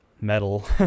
metal